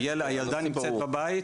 הילדה נמצאת בבית,